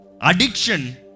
Addiction